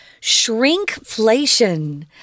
shrinkflation